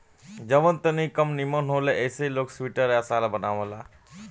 जवन तनी कम निमन होला ऐसे ई लोग स्वेटर आ शाल बनावेला